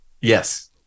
yes